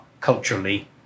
culturally